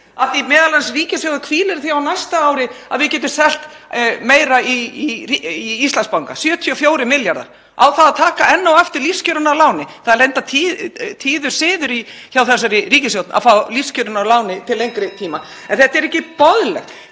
af því að m.a. ríkissjóður hvílir á því á næsta ári að við getum selt meira í Íslandsbanka, 74 milljarðar. Á þá að fá enn og aftur lífskjörin að láni? Það er reyndar tíður siður hjá þessari ríkisstjórn að fá lífskjörin að láni til lengri tíma. En þetta er ekki boðlegt.